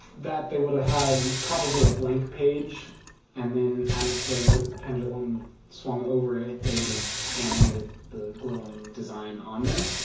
that, they would have had probably a blank page and then as the pendulum swung over it. they would have animated the glowing design on there